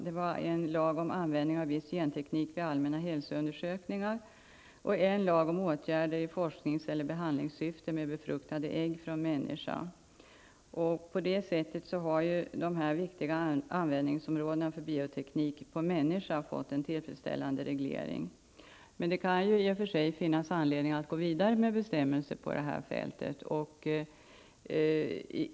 Det var en lag om användning av viss genteknik vid allmänna hälsoundersökningar och en lag om åtgärder i forsknings eller behandlingssyfte med befruktade ägg från människa. På det sättet har dessa viktiga användningsområden för bioteknik på människa fått en tillfredsställande reglering. Men det kan i och för sig finnas anledning att gå vidare med bestämmelser på det här fältet.